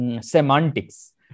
semantics